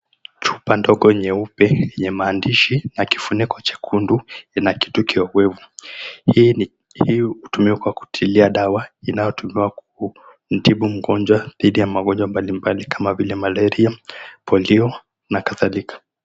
Chupa ndogo nyeupe yenye maandishi na kifuniko jekundu ina kitu kiowevu. Hii hutumiwa kwa kutiliwa dawa inayotumiwa kumtibu mgonjwa dhidi ya magonjwa mbali mbali kama vile Malaria, Polio na kadhalika.